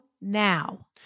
now